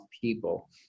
people